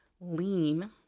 lean